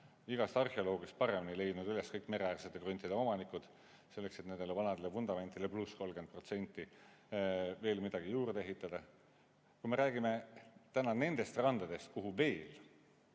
igast arheoloogist paremini leidnud üles kõik mereäärsete kruntide omanikud, selleks et nendele vanadele vundamentidele pluss 30% veel midagi juurde ehitada. Kui me räägime täna nendest randadest, kuhu veel